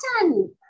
done